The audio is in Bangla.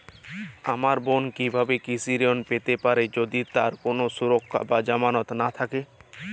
আমার বোন কীভাবে কৃষি ঋণ পেতে পারে যদি তার কোনো সুরক্ষা বা জামানত না থাকে?